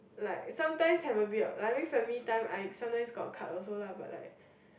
like sometimes have a bit I mean like family time I sometimes got cut also lah but like